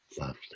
Lovely